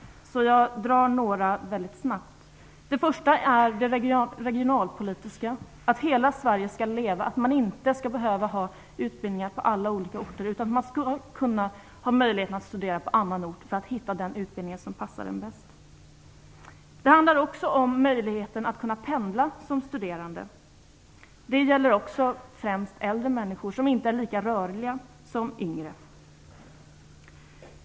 Jag tänker därför dra några av dem väldigt snabbt. Det första är den regionalpolitiska aspekten att hela Sverige skall leva. Det skall inte behöva finnas utbildningar på alla orter, utan man skall kunna ha möjlighet att studera på annan ort för att hitta den utbildning som passar en bäst. Det handlar också om möjligheten att som studerande kunna pendla. Det gäller främst äldre människor som inte är lika rörliga som yngre.